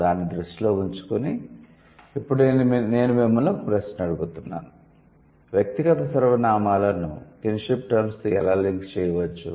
దానిని దృష్టిలో ఉంచుకుని ఇప్పుడు నేను మిమ్మల్ని ఒక ప్రశ్న అడుగుతున్నాను వ్యక్తిగత సర్వనామాలను కిన్షిప్ టర్మ్స్ తో ఎలా లింక్ చేయవచ్చు